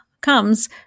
comes